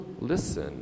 listen